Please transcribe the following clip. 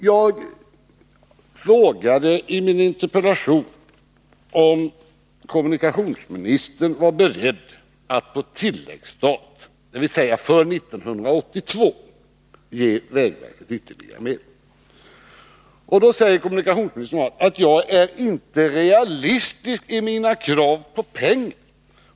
Jag frågade i min interpellation om kommunikationsministern var beredd att på tilläggsstat för 1982 ge vägverket ytterligare medel. Då säger kommunikationsministern att jag inte är realistisk i mina krav på pengar.